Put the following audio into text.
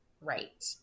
right